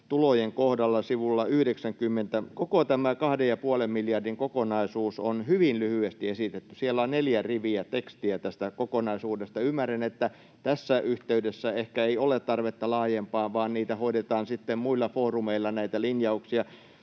tulojen kohdalla sivulla 90 koko tämä 2,5 miljardin kokonaisuus on hyvin lyhyesti esitetty. Siellä on neljä riviä tekstiä tästä kokonaisuudesta. Ymmärrän, että tässä yhteydessä ehkä ei ole tarvetta laajempaan, vaan näitä linjauksia hoidetaan sitten muilla foorumeilla. Mutta tein äkkiä